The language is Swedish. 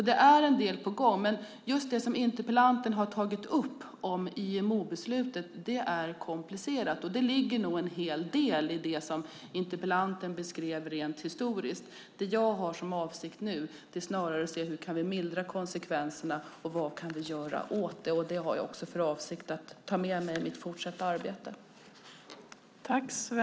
Det är en del på gång, men just det som interpellanten har tagit upp om IMO-beslutet är komplicerat. Det ligger nog en hel del i det som interpellanten beskrev rent historiskt. Det jag har som avsikt nu är snarare att se hur vi kan mildra konsekvenserna och vad vi kan göra. Det har jag för avsikt att ta med mig i mitt fortsatta arbete.